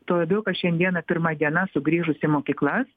tuo labiau kad šiandieną pirma diena sugrįžus į mokyklas